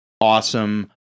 awesome